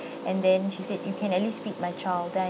and then she said you can at least feed my child then I